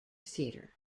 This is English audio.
theater